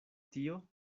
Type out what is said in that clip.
tio